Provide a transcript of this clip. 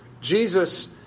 jesus